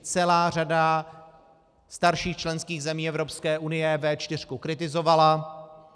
Celá řada starších členských zemí Evropské unie V4 kritizovala.